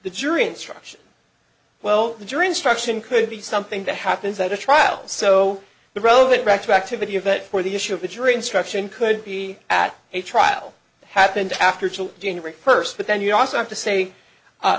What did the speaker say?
the jury instruction well the jury instruction could be something that happens at a trial so the robot retroactivity event for the issue of the jury instruction could be at a trial happened after chael january first but then you also have to say